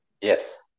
yes